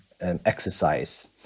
exercise